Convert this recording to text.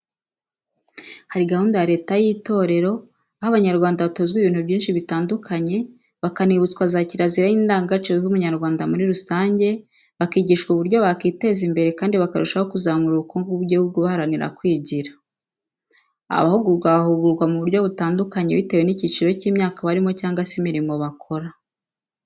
Hari gahunda ya Leta y'itorero, aho Abanyarwanda batozwa ibintu byinshi bitandukanye bakanibutwa za kirazira n'indangagaciro z'umunyarwanda muri rusange, bakwigishwa uburyo bakwiteza imbere kandi bakarushaho kuzamura ubukungu bw'igihugu baharanira kwigira. Abahugurwa bahugurwa mu buryo butandukanye bitewe n'icyiciro cy'imyaka barimo cyangwa se imirimo bakora.